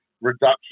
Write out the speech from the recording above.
reduction